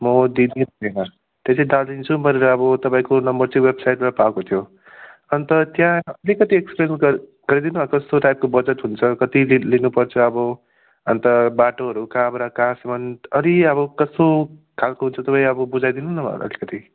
म दिदी भेना त्यसै दार्जिलिङ जाउँ भनेर अब तपाईँको नम्बर चाहिँ वेबसाइटबाट पाएको थियो अन्त त्यहाँ अलिकति एक्सप्लेन गर् गरिदिनु कस्तो टाइपको बजेट हुन्छ कति लि लिनुपर्छ अब अन्त बाटोहरू कहाँबाट कहाँसम्म अनि अब कस्तो खालको छ तपाईँ अब बुझाइदिनु न अलिकति